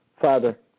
Father